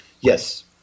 Yes